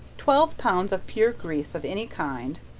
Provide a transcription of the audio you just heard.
twelve pounds of pure grease of any kind,